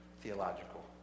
theological